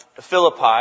Philippi